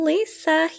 Lisa